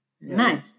Nice